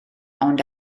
ond